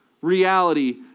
reality